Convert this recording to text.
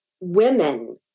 women